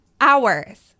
hours